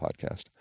podcast